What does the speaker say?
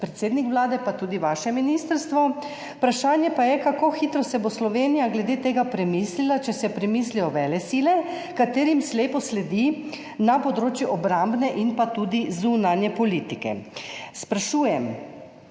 predsednik Vlade, pa tudi vaše ministrstvo. Vprašanje pa je, kako hitro si bo Slovenija glede tega premislila, če si premislijo velesile, ki jim slepo sledi na področju obrambne in tudi zunanje politike. Sprašujem